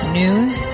news